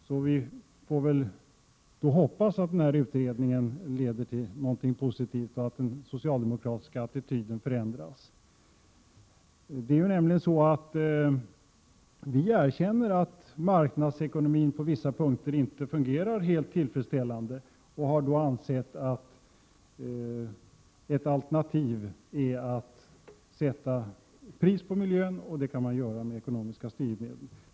Så vi får väl hoppas att utredningen leder till någonting positivt och att den socialdemokratiska attityden förändras. Vi erkänner att marknadsekonomin på vissa punkter inte fungerar alldeles tillfredsställande och har då ansett att ett alternativ är att sätta pris på miljön, och det kan man göra med ekonomiska styrmedel.